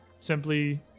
simply